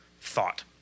thought